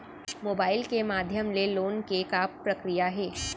Mobile के माधयम ले लोन के का प्रक्रिया हे?